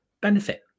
benefit